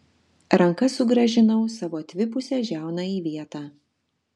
ranka sugrąžinau savo atvipusią žiauną į vietą